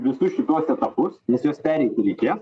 visus šituos etapus nes juos pereiti reikės